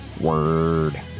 Word